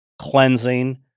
cleansing